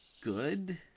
good